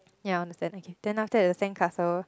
ya standing then after that the sandcastle